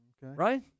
Right